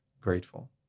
grateful